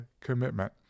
commitment